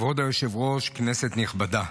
כבוד היושב-ראש, כנסת נכבדה,